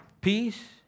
Peace